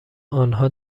آنها